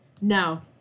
No